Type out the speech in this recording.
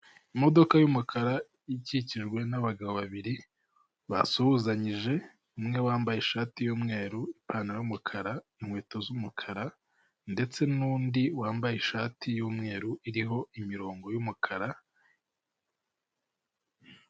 Imodoka y'umukara ikikijwe n'abagabo babiri, basuhuzanyije umwe wambaye ishati y'umweru, ipantaro y'umukara, inkweto z'umukara ndetse nundi wambaye ishati y,umweru iriho imirongo y'umukara.